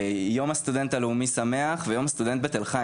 יום הסטודנט הלאומי שמח, ויום הסטודנט בתל-חי.